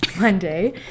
Monday